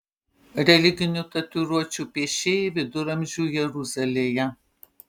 religinių tatuiruočių piešėjai viduramžių jeruzalėje